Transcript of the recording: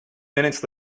minutes